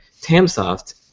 Tamsoft